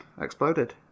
exploded